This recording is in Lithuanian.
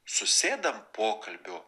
susėdam pokalbių